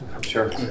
sure